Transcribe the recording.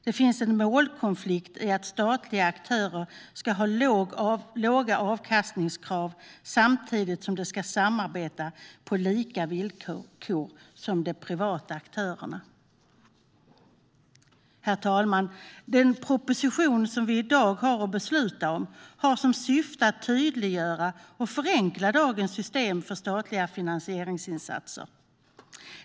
Det finns en målkonflikt i att statliga aktörer ska ha låga avkastningskrav samtidigt som de ska samarbeta på lika villkor som de privata aktörerna. Herr talman! Den proposition som vi i dag har att besluta om har som syfte att tydliggöra och förenkla dagens system för statliga finansieringsinsatser.